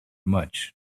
much